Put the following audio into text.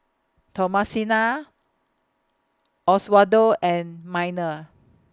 Thomasina Oswaldo and Minor